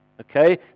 Okay